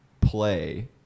play